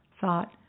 thought